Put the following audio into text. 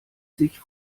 sich